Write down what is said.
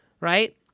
right